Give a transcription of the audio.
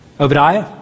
Obadiah